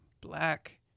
Black